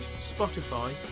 Spotify